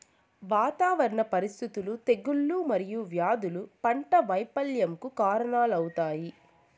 వాతావరణ పరిస్థితులు, తెగుళ్ళు మరియు వ్యాధులు పంట వైపల్యంకు కారణాలవుతాయి